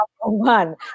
one